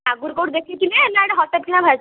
ଆଗୁରୁ କୋଉଠି ଦେଖେଇଥିଲେ ନା ଏଇଟା ହଠାତ୍ କିନା ବାହାରିଛି